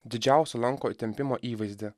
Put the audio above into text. didžiausio lanko įtempimo įvaizdį